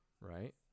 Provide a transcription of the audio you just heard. right